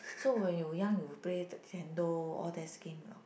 so when you young you play the Nintendo all that's games anot